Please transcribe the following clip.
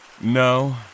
No